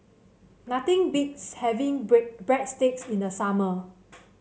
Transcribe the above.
nothing beats having Bread Breadsticks in the summer